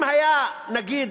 אם נגיד,